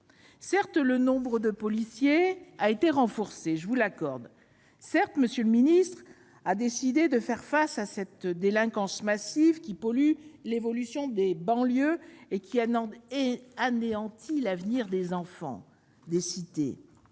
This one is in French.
ministre, le nombre de policiers a été renforcé, et, je vous l'accorde, vous avez décidé de faire face à cette délinquance massive qui pollue l'évolution des banlieues et anéantit l'avenir des enfants des cités.